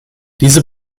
diese